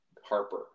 Harper